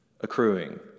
Accruing